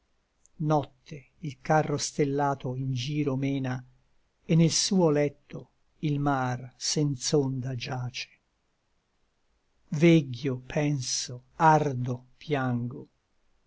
notte il carro stellato in giro mena et nel suo letto il mar senz'onda giace vegghio penso ardo piango